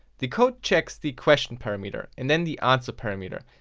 the code checks the question parameter, and then the answer parameter,